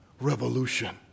revolution